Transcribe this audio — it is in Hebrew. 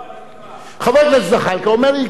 חבר הכנסת זחאלקה אומר לי: יקבע בית-הדין בהאג.